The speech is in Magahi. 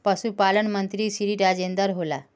पशुपालन मंत्री श्री राजेन्द्र होला?